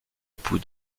époux